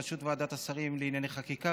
בראשות ועדת השרים לענייני חקיקה,